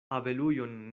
abelujon